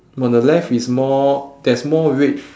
on the left is more there's more red